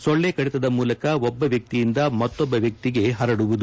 ಸೊಳ್ಳೆ ಕಡಿತದ ಮೂಲಕ ಒಬ್ಬ ವ್ಯಕ್ತಿಯಿಂದ ಮತ್ತೊಬ್ಬ ವ್ಯಕ್ತಿಗೆ ಹರಡುವುದು